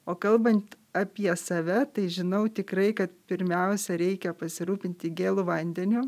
o kalbant apie save tai žinau tikrai kad pirmiausia reikia pasirūpinti gėlu vandeniu